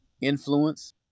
influence